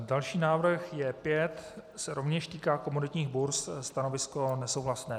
Další návrh je J5, rovněž se týká komoditních burz, stanovisko nesouhlasné.